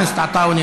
חבר הכנסת עטאונה,